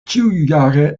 ĉiujare